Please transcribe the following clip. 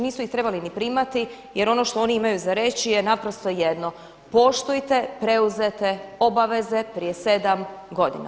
Nisu ih trebali ni primati jer ono što oni imaju za reći je naprosto jedno – poštujte preuzete obaveze prije sedam godina.